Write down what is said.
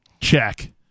Check